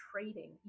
trading